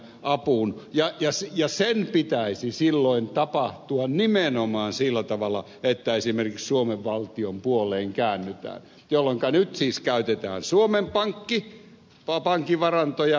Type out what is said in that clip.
apuun ja sen pitäisi silloin tapahtua nimenomaan sillä tavalla että esimerkiksi suomen valtion puoleen käännytään jolloinka nyt siis käytetään suomen pankin varantoja hyväksi